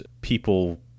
people